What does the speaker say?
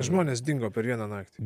žmonės dingo per vieną naktį